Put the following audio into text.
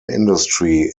industry